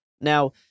Now